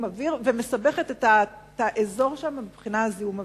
האוויר ומסבכת את האזור שם מבחינת זיהום האוויר.